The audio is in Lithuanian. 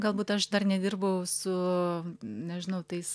galbūt aš dar nedirbau su nežinau tais